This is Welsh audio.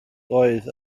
doedd